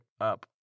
up